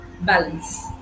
balance